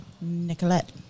Nicolette